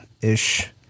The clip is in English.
ish